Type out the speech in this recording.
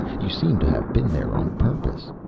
you seem to have been there on purpose.